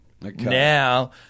Now